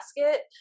basket